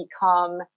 become